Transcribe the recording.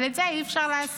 אבל את זה אי-אפשר לעשות,